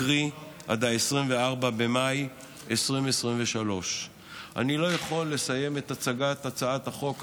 קרי עד 24 במאי 2023. אני לא יכול לסיים את הצגת הצעת החוק,